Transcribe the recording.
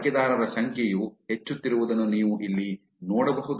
ಬಳಕೆದಾರರ ಸಂಖ್ಯೆಯು ಹೆಚ್ಚುತ್ತಿರುವುದನ್ನು ನೀವು ನೋಡಬಹುದು